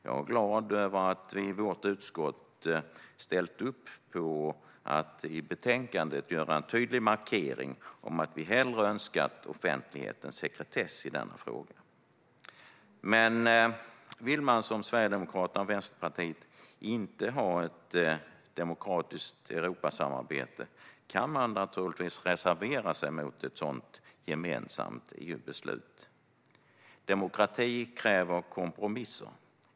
Jag är glad över att vi i vårt utskott ställt upp på att i betänkandet göra en tydlig markering om att vi hellre önskat offentlighet än sekretess i denna fråga. Men vill man som Sverigedemokraterna och Vänsterpartiet inte ha ett demokratiskt Europasamarbete kan man naturligtvis reservera sig mot ett sådant gemensamt EU-beslut. Demokrati kräver kompromisser.